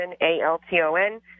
A-L-T-O-N